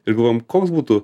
ir galvojom koks būtų